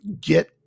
get